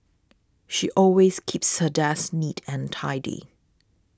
she always keeps her desk neat and tidy